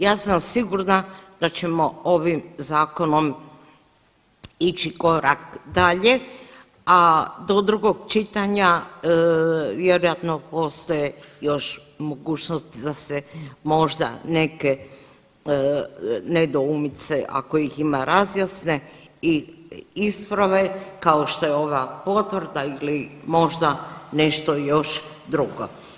Ja sam sigurna da ćemo ovim zakonom ići korak dalje, a do drugog čitanja vjerojatno postoje još mogućnosti da se možda neke nedoumice ako ih ima razjasne i isprave kao što je ova potvrda ili možda nešto još drugo.